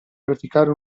praticare